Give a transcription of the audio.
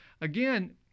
again